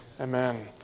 Amen